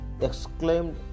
exclaimed